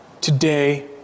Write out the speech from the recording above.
Today